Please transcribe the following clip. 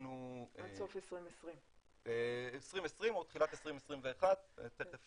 עד סוף 2020. 2020 או תחילת 2021. תיכף